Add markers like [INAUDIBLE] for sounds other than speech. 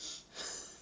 [NOISE] [LAUGHS]